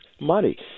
money